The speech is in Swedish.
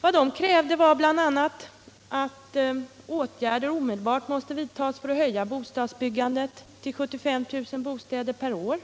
Vad de krävde var bl.a. att åtgärder omedelbart skulle vidtas för att höja bostadsbyggandet till 75 000 bostäder per år.